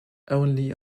only